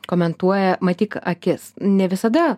komentuoja matyk akis ne visada